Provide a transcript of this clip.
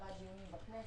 שגרת דיונים בכנסת.